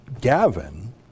Gavin